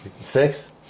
six